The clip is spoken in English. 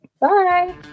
Bye